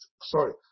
sorry